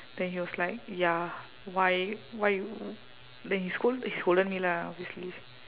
then he was like ya why why then he scold he scolded me lah obviously